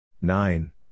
nine